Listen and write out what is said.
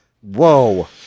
whoa